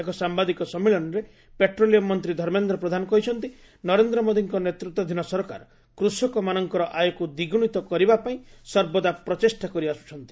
ଏକ ସାମ୍ବାଦିକ ସମ୍ମିଳନୀରେ ପେଟ୍ରୋଲିୟମ୍ ମନ୍ତ୍ରୀ ଧମେନ୍ଦ୍ର ପ୍ରଧାନ କହିଛନ୍ତି ନରେନ୍ଦ୍ର ମୋଦୀଙ୍କ ନେତୃତ୍ୱାଧୀନ ସରକାର କୃଷକମାନଙ୍କର ଆୟକୁ ଦ୍ୱିଗୁଣିତ କରିବା ପାଇଁ ସର୍ବଦା ପ୍ରଚେଷ୍ଟା କରିଆସ୍କୁଛନ୍ତି